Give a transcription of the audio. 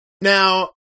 Now